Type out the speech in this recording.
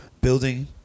Building